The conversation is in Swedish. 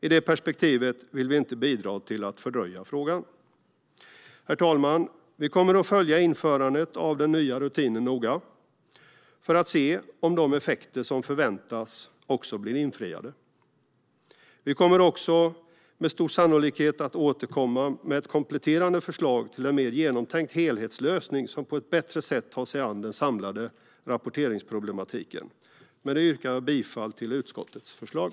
Ur det perspektivet vill vi inte bidra till att fördröja frågan. Herr talman! Vi kommer att noga följa införandet av den nya rutinen för att se om förväntningarna på effekterna blir infriade. Vi kommer också med stor sannolikhet att återkomma med ett kompletterande förslag till en mer genomtänkt helhetslösning, som på ett bättre sätt tar sig an den samlade rapporteringsproblematiken. Med det yrkar jag bifall till utskottets förslag.